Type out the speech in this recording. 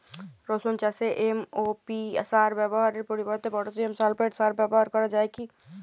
রসুন চাষে এম.ও.পি সার ব্যবহারের পরিবর্তে পটাসিয়াম সালফেট সার ব্যাবহার করা যায় কি?